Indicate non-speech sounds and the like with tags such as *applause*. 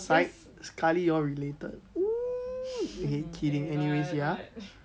sike sekali you all related *noise* okay kidding anyways ya